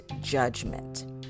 judgment